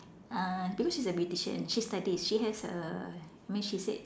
uh because she's a beautician she studies she has a I mean she said